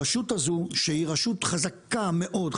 הרשות הזו שהיא רשות חזקה מאוד,